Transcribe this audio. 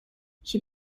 she